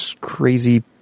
crazy